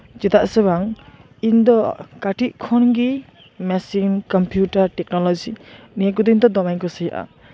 ᱪᱮᱫᱟᱜ ᱥᱮ ᱵᱟᱝ ᱤᱧ ᱫᱚ ᱠᱟᱹᱴᱤᱪ ᱠᱷᱚᱱᱜᱮ ᱢᱮᱥᱤᱱ ᱠᱚᱢᱯᱤᱭᱩᱴᱟᱨ ᱴᱮᱠᱱᱳᱞᱚᱡᱤ ᱱᱤᱭᱟᱹ ᱠᱚᱫᱚ ᱤᱧ ᱫᱚ ᱫᱚᱢᱮᱧ ᱠᱩᱥᱤᱭᱟᱜᱼᱟ